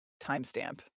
timestamp